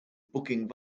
booking